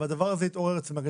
והדבר הזה התעורר אצל מד"א,